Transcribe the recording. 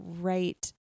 right